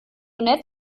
nett